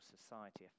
society